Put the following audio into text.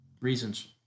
reasons